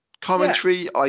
Commentary